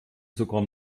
sogar